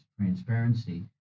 transparency